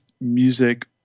music